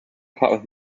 caught